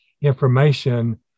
information